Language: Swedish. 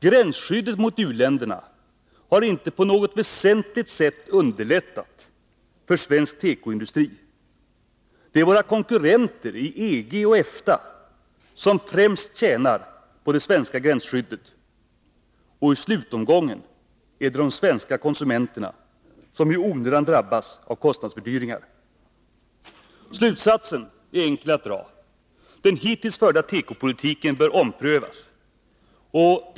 Gränsskyddet mot u-länderna har inte på något väsentligt sätt underlättat för svensk tekoindustri. Det är våra konkurrenter i EG och EFTA som främst tjänar på det svenska gränsskyddet. I slutomgången är det de svenska konsumenterna som i onödan drabbas av kostnadsfördyringar. Slutsatsen är enkel att dra. Den hittills förda tekopolitiken bör omprövas.